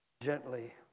gently